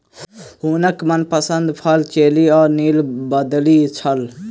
हुनकर मनपसंद फल चेरी आ नीलबदरी छल